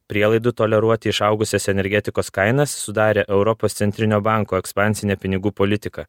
prielaidų toleruoti išaugusias energetikos kainas sudarė europos centrinio banko ekspansinė pinigų politika